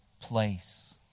place